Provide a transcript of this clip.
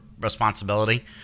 responsibility